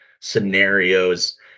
scenarios